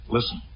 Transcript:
Listen